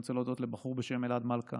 אני רוצה להודות לבחור בשם אלעד מלכא